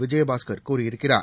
விஜயபாஸ்கர் கூறியிருக்கிறார்